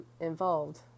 involved